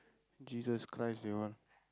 Jesus Christ they all